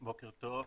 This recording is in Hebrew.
בוקר טוב,